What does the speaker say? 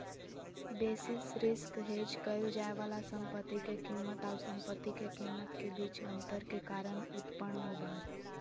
basis risk hedge क़इल जाय वाला संपत्ति के कीमत आऊ संपत्ति के कीमत के बीच अंतर के कारण उत्पन्न होबा हइ